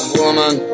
woman